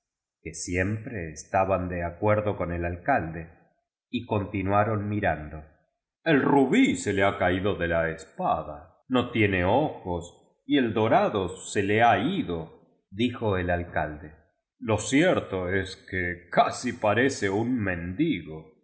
que siempre estaban de acuer do con el alcalde y continuaron mirando el rubí se le ha caído de la espada no tiene ojos y el dorado se le ha ido dijo o alcalde lo cierto es que casi pateco un mendigo